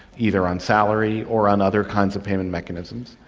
either on salary or on other kinds of payment mechanisms.